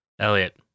Elliot